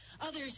others